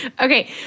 Okay